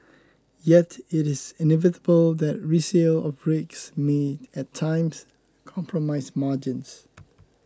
yet it is inevitable that resale of rigs may at times compromise margins